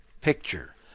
picture